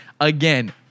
Again